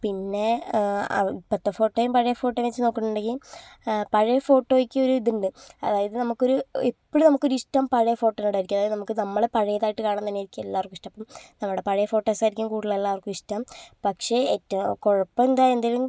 പിന്നെ ഇപ്പത്തെ ഫോട്ടോയും പഴയ ഫോട്ടോയും വച്ച് നോക്കുന്നുണ്ടെങ്കിൽ പഴയ ഫോട്ടോയ്ക്ക് ഒരിത് ഉണ്ട് അതായത് നമുക്കൊരു എപ്പോഴും നമ്മക്കൊരിഷ്ടം പഴയ ഫോട്ടോനോടായിരിക്കും അതായത് നമുക്ക് നമ്മളെ പഴയതായിട്ട് കാണുന്നത് തന്നെയായിരിക്കും എല്ലാവർക്കും ഇഷ്ടം അപ്പം നമ്മുടെ പഴയ ഫോട്ടോസായിരിക്കും കൂടുതൽ എല്ലാവർക്കും ഇഷ്ടം പക്ഷേ ഏറ്റവും കുഴപ്പം എന്താ എന്തേലും